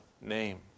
name